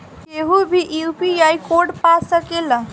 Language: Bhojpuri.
केहू भी यू.पी.आई कोड पा सकेला?